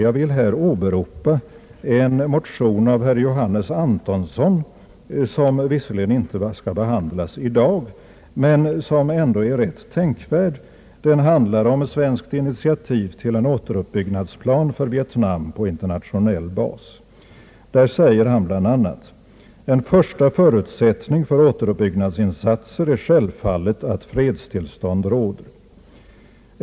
Jag vill här åberopa en motion av herr Johannes Antonsson — den skall visserligen inte behandlas i dag men är rätt tänkvärd. Den handlar om svenskt initiativ till en återuppbyggnadsplan för Vietnam på internationell bas. I motionen framhålles bl.a.: »En första förutsättning för återuppbyggnadsinsatser är självfallet att fredstillstånd råder.